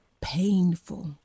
painful